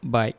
Bye